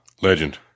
legend